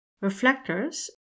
Reflectors